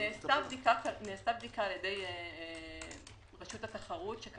נעשתה בדיקה על-ידי רשות התחרות.